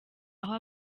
aho